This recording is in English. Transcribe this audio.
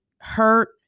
hurt